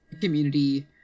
community